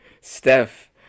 steph